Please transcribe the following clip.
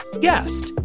guest